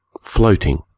floating